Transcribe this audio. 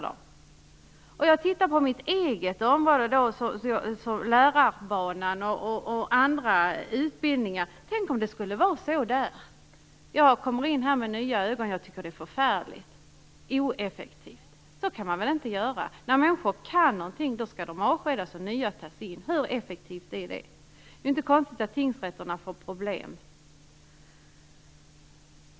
Tänk om det skulle vara så inom mitt eget område, på lärarbanan, och inom andra utbildningar, att man ständigt fick komma in under nya överheter! Det skulle vara förfärligt ineffektivt. Man kan inte avskeda människor när de har lärt sig arbetet och ta in nya. Hur effektivt är det? Det är inte konstigt att tingsrätterna får problem.